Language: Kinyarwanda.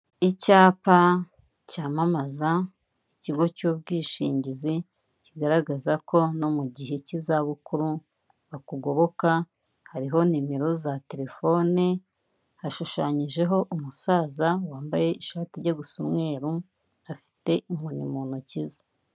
Icyapa cyamamaza ikigo cy'ubwishingizi, kigaragaza ko no mu gihe k'izabukuru bakugoboka hariho nimero za telefone, hashushanyijeho umusaza wambaye ishati ijya gusa umweru afite inkoni mu ntoki ze.